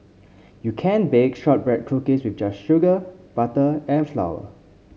you can bake shortbread cookies with just sugar butter and flour